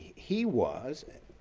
he was,